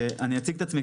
אני אציג את עצמי,